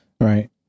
Right